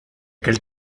aquell